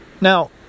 Now